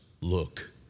look